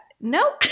Nope